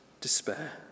despair